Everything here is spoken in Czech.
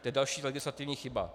To je další legislativní chyba.